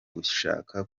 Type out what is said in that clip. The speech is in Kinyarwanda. gushaka